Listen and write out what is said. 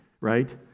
right